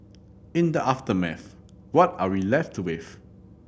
in the aftermath what are we left with